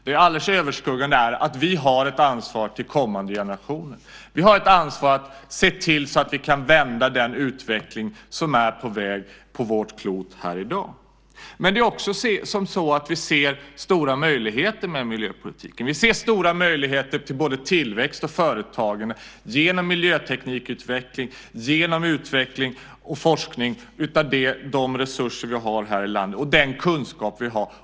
Det alldeles överskuggande är att vi har ett ansvar gentemot kommande generationer. Vi har ett ansvar att se till att vi kan vända den utveckling som är på väg på vårt klot i dag. Men vi ser också stora möjligheter med miljöpolitiken. Vi ser stora möjligheter till både tillväxt och företagande genom miljöteknikutveckling, genom forskning och utveckling av de resurser vi har här i landet och den kunskap vi har.